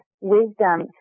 wisdom